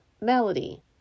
Melody